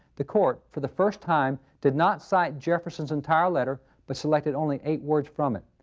the court for the first time did not cite jefferson's entire letter but selected only eight words from it.